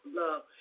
love